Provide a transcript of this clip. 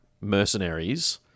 Mercenaries